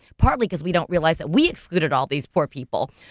partly cause we don't realize that we excluded all these poor people.